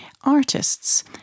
artists